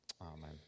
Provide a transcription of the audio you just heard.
Amen